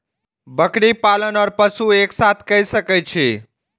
बकरी पालन ओर पशु एक साथ कई सके छी?